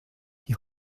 die